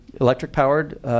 electric-powered